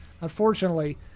unfortunately